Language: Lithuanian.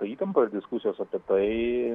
įtampos diskusijos apie tai